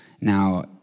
Now